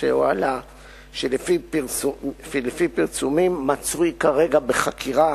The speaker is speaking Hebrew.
שלפי פרסומים מצוי כעת בחקירה,